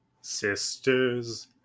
Sisters